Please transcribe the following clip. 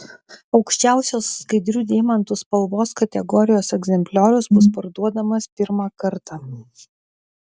aukščiausios skaidrių deimantų spalvos kategorijos egzempliorius bus parduodamas pirmą kartą